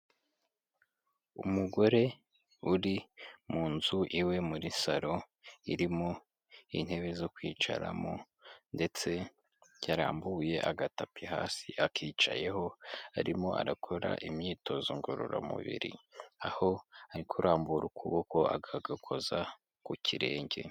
Umugore uri mu nzu iwe muri salo irimo intebe zo kwicaramo ndetse yarambuye agatapi hasi akicayeho arimo arakora imyitozo ngororamubiri, aho ari kurambura ukuboko akagakoza ku kirenge.